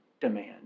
demand